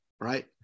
right